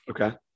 Okay